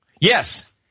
Yes